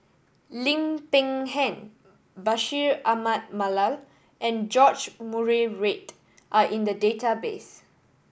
Lim Peng Han Bashir Ahmad Mallal and George Murray Reith are in the database